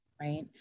right